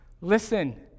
Listen